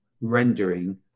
rendering